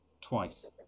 twice